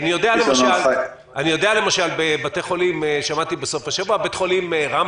אני יודע למשל שבבתי חולים שמעתי בסוף השבוע כדוגמה,